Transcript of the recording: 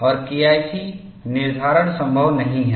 और केआईसी निर्धारण संभव नहीं है